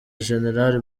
generali